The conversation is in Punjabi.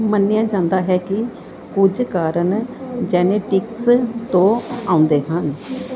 ਮੰਨਿਆ ਜਾਂਦਾ ਹੈ ਕਿ ਕੁਝ ਕਾਰਨ ਜੈਨੇਟਿਕਸ ਤੋਂ ਆਉਂਦੇ ਹਨ